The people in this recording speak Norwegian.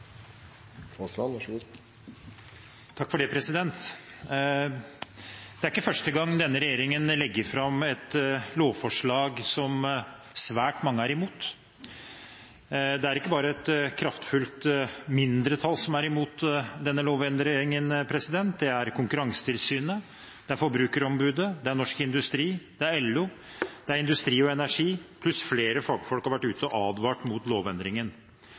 imot. Det er ikke bare et kraftfullt mindretall som er imot denne lovendringen, det er Konkurransetilsynet, det er Forbrukerombudet, det er Norsk Industri, det er LO. Det er Industri Energi – pluss flere fagfolk som har vært ute og advart mot lovendringen.